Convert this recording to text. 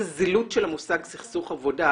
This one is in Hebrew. זו זילות של המושג סכסוך עבודה,